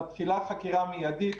מתחילה חקירה מיידית.